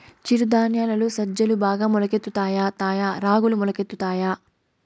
చిరు ధాన్యాలలో సజ్జలు బాగా మొలకెత్తుతాయా తాయా రాగులు మొలకెత్తుతాయా